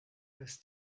his